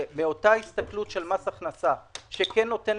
הפנסיה שלנו לא מנהלת